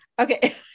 Okay